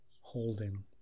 holding